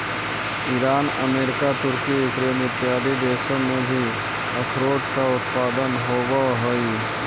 Iran America तुर्की Ukraine इत्यादि देशों में भी अखरोट का उत्पादन होवअ हई